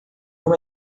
não